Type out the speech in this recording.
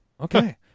okay